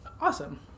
awesome